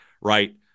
right